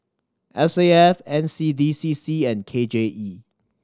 S A F N C D C C and K J E